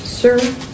Sir